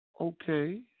okay